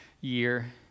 year